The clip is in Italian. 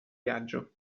viaggio